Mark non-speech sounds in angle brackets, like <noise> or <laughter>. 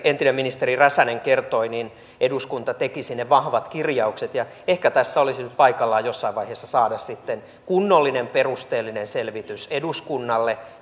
entinen ministeri räsänen kertoi eduskunta teki sinne vahvat kirjaukset ja ehkä tässä olisi nyt paikallaan jossain vaiheessa saada sitten kunnollinen perusteellinen selvitys eduskunnalle <unintelligible>